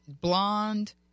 blonde